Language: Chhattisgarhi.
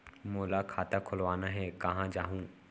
मोला खाता खोलवाना हे, कहाँ जाहूँ?